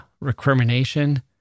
recrimination